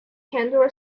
candor